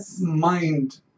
mind